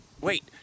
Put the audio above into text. Wait